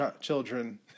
children